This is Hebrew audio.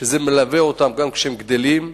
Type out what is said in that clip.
וזה מלווה אותם גם כשהם גדלים.